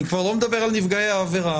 אני כבר לא מדבר על נפגעי העבירה.